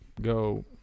go